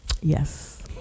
Yes